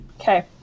Okay